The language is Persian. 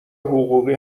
حقوقی